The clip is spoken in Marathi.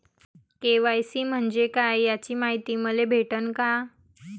के.वाय.सी म्हंजे काय त्याची मायती मले भेटन का?